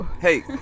Hey